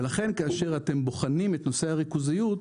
ולכן, כאשר אתם בוחנים את נושא הריכוזיות,